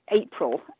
April